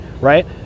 right